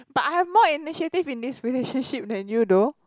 but I have more initiative in this relationship than you though